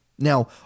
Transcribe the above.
Now